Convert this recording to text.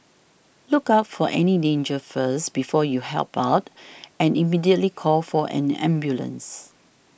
look out for any danger first before you help out and immediately call for an ambulance